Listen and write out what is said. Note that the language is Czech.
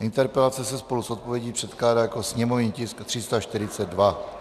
Interpelace se spolu s odpovědí předkládá jako sněmovní tisk 342.